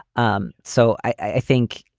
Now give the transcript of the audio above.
um so i think.